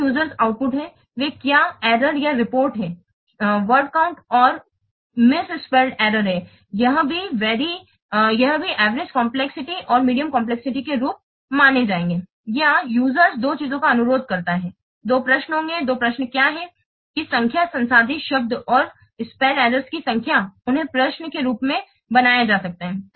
3 users output हैं वे क्या त्रुटि या रिपोर्ट हैं शब्द गणना और गलत वर्तनी की गणना यह भी औसत जटिलता के रूप में माना जाएगा या यूजरस दो चीजों का अनुरोध करता है 2 प्रश्न होंगे 2 प्रश्न क्या हैं की संख्या संसाधित शब्द और वर्तनी त्रुटियों की संख्या उन्हें प्रश्न के रूप में बनाया जा सकता है